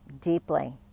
deeply